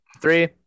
Three